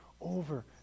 over